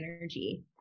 energy